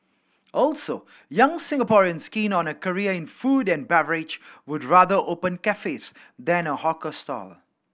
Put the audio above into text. also young Singaporeans keen on a career in food and beverage would rather open cafes than a hawker stall